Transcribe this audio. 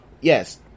yes